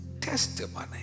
testimony